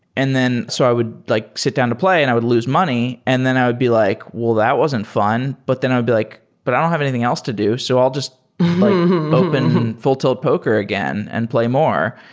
and so i would like sit down to play and i would lose money and then i would be like, well, that wasn't fun. but then i'd be like, but i don't have anything else to do, so i'll just open full tilt poker again and play more.